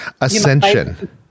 Ascension